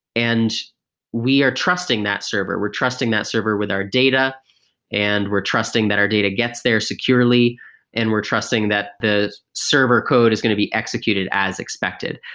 and we are trusting that server. we're trusting that server with our data and we're trusting that our data gets there securely and we're trusting that the server code is going to be executed as expected.